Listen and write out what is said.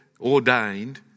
ordained